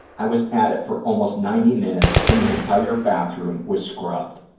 i was at it for almost ninety minutes and the entire bathroom was scrubbed,